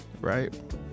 right